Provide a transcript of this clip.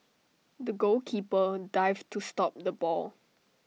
the goalkeeper dived to stop the ball